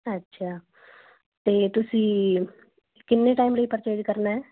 ਅੱਛਾ ਅਤੇ ਤੁਸੀਂ ਕਿੰਨੇ ਟਾਈਮ ਲਈ ਪਰਚੇਸ ਕਰਨਾ ਹੈ